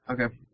Okay